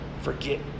forget